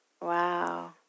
Wow